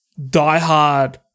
diehard